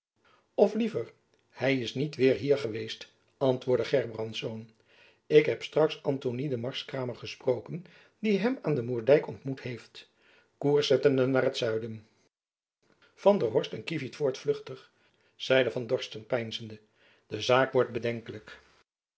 of liever hy is niet weêr hier geweest antwoordde gerbrandsz ik heb straks antonie den marskramer gesproken die hem aan den moerdijk ontmoet heeft koers zettende naar het zuiden van der horst en kievit voortvluchtig zeide van dorsten peinzende de zaak wordt bedenkelijk